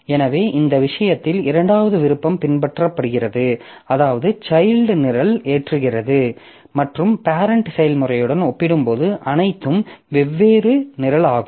எனவே இந்த விஷயத்தில் இரண்டாவது விருப்பம் பின்பற்றப்படுகிறது அதாவது சைல்ட் நிரல் ஏற்றுகிறது மற்றும் பேரெண்ட் செயல்முறையுடன் ஒப்பிடும்போது அனைத்தும் வெவ்வேறு நிரல் ஆகும்